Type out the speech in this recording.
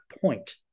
point